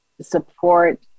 support